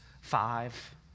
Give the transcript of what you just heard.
five